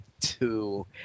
two